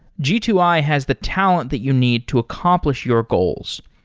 g two i has the talent that you need to accomplish your goals.